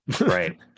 right